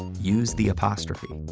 use the apostrophe.